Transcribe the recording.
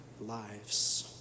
lives